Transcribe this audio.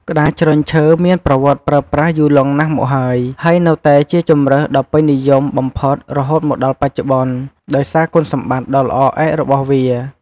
ក្ដារជ្រុញឈើមានប្រវត្តិប្រើប្រាស់យូរលង់ណាស់មកហើយ ហើយនៅតែជាជម្រើសដ៏ពេញនិយមបំផុតរហូតមកដល់បច្ចុប្បន្ន ដោយសារគុណសម្បត្តិដ៏ល្អឯករបស់វា។